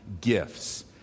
gifts